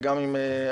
וגם עם הקורונה.